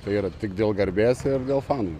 tai yra tik dėl garbės ir dėl fanų